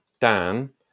Dan